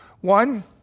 One